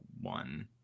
One